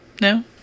No